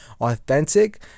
authentic